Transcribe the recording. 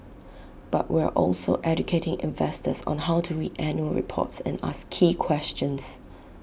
but we're also educating investors on how to read annual reports and ask key questions